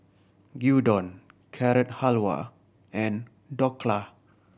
Gyudon Carrot Halwa and Dhokla